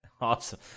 Awesome